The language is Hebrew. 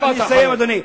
אני מסיים, אדוני.